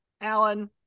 Alan